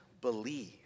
believe